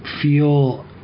feel